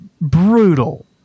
brutal